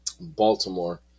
Baltimore